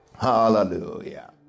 Hallelujah